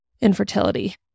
infertility